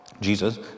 Jesus